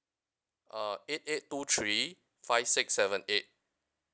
uh eight eight two three five six seven eight